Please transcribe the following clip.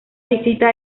visita